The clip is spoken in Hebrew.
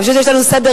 פשוט יש לנו סדר-יום,